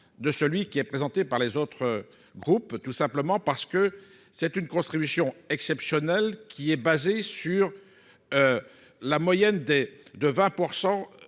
de celui qui est présenté par les autres groupes, tout simplement parce que c'est une construction exceptionnelle qui est basé sur la moyenne des